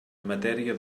matèria